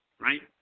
right